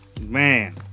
Man